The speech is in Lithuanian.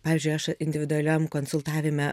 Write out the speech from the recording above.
pavyzdžiui aš individualiam konsultavime